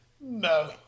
No